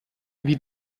wie